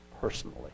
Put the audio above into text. personally